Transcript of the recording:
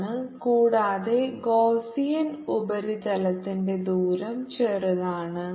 ആണ് കൂടാതെ ഗോസ്സ്സിയൻ ഉപരിതലത്തിന്റെ ദൂരം ചെറുതാണ്